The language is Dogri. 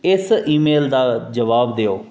इस ईमेल दा जवाब देओ